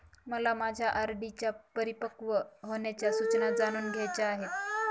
मला माझ्या आर.डी च्या परिपक्व होण्याच्या सूचना जाणून घ्यायच्या आहेत